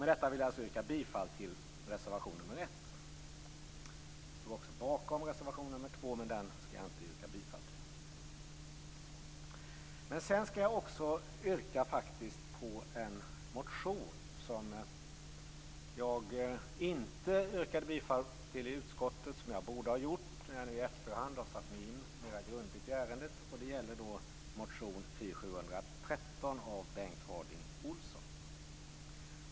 Med detta vill jag yrka bifall till reservation 1. Jag står också bakom reservation 2, men den skall jag inte yrka bifall till. Sedan skall jag faktiskt också yrka bifall till en motion som jag inte yrkade bifall till i utskottet. Det borde jag ha gjort. Nu i efterhand har jag satt mig in mer grundligt i ärendet. Det gäller motion Fi713 av Bengt Harding Olson.